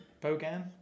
Bogan